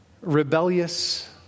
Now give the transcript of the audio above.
rebellious